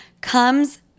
comes